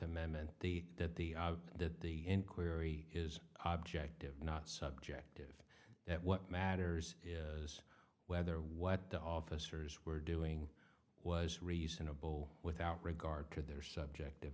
amendment the that the that the inquiry is objectively not subjective that what matters is whether what the officers were doing was reasonable without regard to their subjective